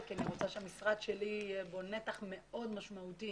כי אני רוצה שלמשרד שלי יהיה בה נתח מאוד משמעותי